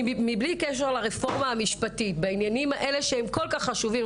בלי קשר לרפורמה המשפטית בעניינים האלה שהם כל כך חשובים אני